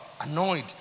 annoyed